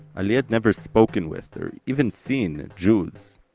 ali had never spoken with, or even seen, jews.